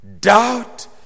doubt